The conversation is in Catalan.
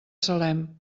salem